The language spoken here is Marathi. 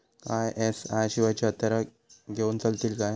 आय.एस.आय शिवायची हत्यारा घेऊन चलतीत काय?